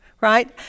right